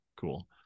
cool